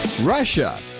russia